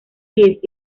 kiss